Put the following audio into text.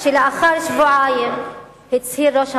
שלאחר שבועיים הצהיר ראש הממשלה,